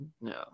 no